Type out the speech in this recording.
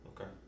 Okay